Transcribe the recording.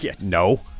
No